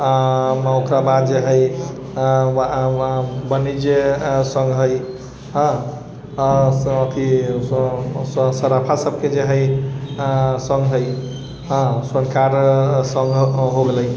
ओकर बाद जे है वाणिज्य संघ है हँ से की सरार्फा सबके जे है संघ है सरकार सब हो गेलय